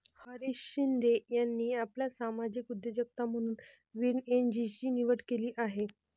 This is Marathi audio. हरीश शिंदे यांनी आपली सामाजिक उद्योजकता म्हणून ग्रीन एनर्जीची निवड केली आहे